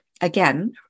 Again